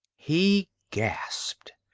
he gasped.